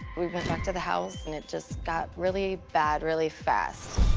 we went back to the house, and it just got really bad really fast.